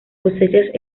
cosechas